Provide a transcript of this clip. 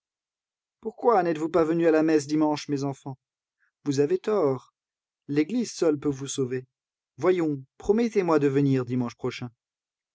pourquoi n'êtes-vous pas venus à la messe dimanche mes enfants vous avez tort l'église seule peut vous sauver voyons promettez-moi de venir dimanche prochain